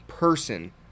person